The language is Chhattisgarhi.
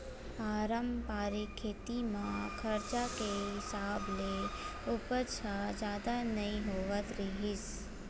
पारंपरिक खेती म खरचा के हिसाब ले उपज ह जादा नइ होवत रिहिस